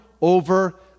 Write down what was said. over